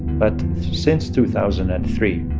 but since two thousand and three,